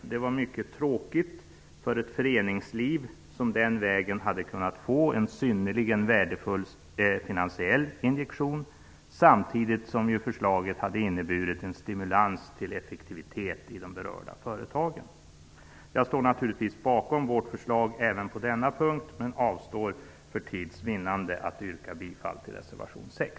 Detta var mycket tråkigt för ett föreningsliv som den vägen hade kunnat få en synnerligen värdefull finansiell injektion samtidigt som förslaget hade inneburit en stimulans till effektivitet i de berörda företagen. Jag står naturligtvis bakom vårt förslag även på denna punkt men avstår för tids vinnande att yrka bifall till reservation nr 6.